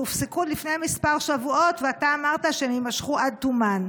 שהופסקו לפני כמה שבועות ואתה אמרת שהן יימשכו עד תומן?